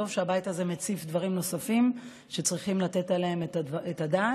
טוב שהבית הזה מציף דברים נוספים שצריכים לתת עליהם את הדעת.